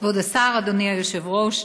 כבוד השר, אדוני היושב-ראש,